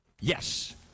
Yes